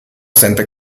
sente